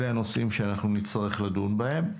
אלה הנושאים שנצטרך לדון בהם.